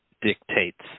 dictates